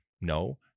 No